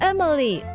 Emily